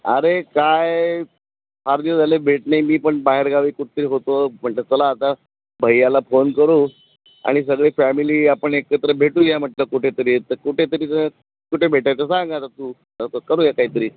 अरे काय फार दिवस झाले भेटले नाही मी पण बाहेरगावी सुट्टीवर होतो म्हणलं चला आता भैयाला फोन करू आणि सगळी फॅमिली आपण एकत्र भेटूया म्हटलं कुठेतरी तर कुठेतरीचं कुठे भेटायचं सांग आता तू करूया काहीतरी